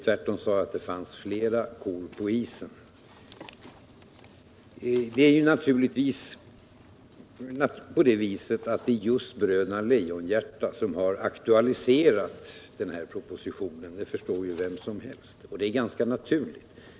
Tvärtom sade jag att det finns flera kor på isen. Det är givetvis just Bröderna Lejonhjärta som har aktualiserat propositionen — det förstår vem som helst och det är ganska naturligt.